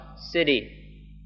city